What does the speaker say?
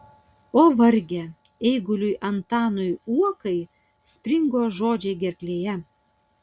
o varge eiguliui antanui uokai springo žodžiai gerklėje